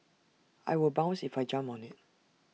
I will bounce if I jump on IT